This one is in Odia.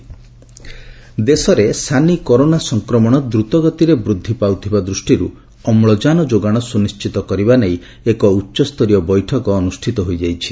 ଅକ୍ନିଜେନ୍ ସପ୍ଲାଏ ଦେଶରେ ସାନି କରୋନା ସଂକ୍ରମଣ ଦ୍ରୁତଗତିରେ ବୃଦ୍ଧି ପାଉଥିବା ଦୃଷ୍ଟିରୁ ଅମ୍ଳଜାନ ଯୋଗାଣ ସୁନିଣ୍ଟିତ କରିବା ନେଇ ଏକ ଉଚ୍ଚସ୍ତରୀୟ ବୈଠକ ଅନୁଷ୍ଠିତ ହୋଇଯାଇଛି